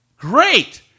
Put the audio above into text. great